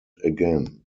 again